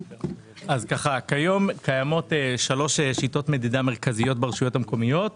כיום קיימות כשלוש שיטות מדידה מרכזיות ברשויות המקומיות,